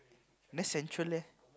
less central leh